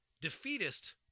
defeatist